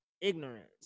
ignorance